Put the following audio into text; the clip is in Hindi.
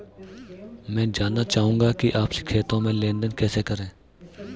मैं जानना चाहूँगा कि आपसी खाते में लेनदेन कैसे करें?